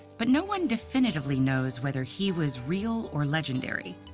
but no one definitively knows whether he was real or legendary.